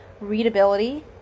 readability